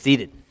seated